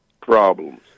problems